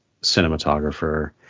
cinematographer